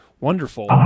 Wonderful